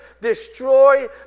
destroy